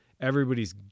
Everybody's